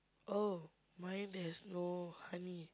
oh mine there's no honey